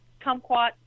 kumquat